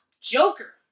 Joker